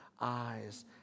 eyes